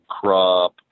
crop